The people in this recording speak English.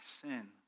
sin